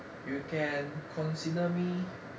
you can consider me